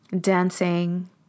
dancing